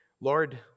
Lord